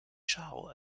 chao